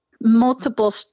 multiple